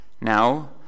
Now